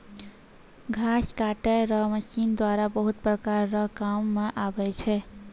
घास काटै रो मशीन द्वारा बहुत प्रकार रो काम मे आबै छै